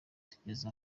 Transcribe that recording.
tugeze